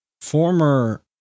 former